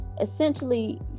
essentially